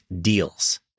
Deals